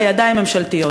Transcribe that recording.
בידיים ממשלתיות.